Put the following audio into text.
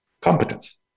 Competence